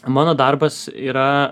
mano darbas yra